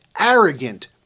arrogant